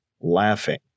laughing